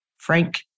Frank